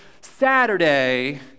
Saturday